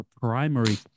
primary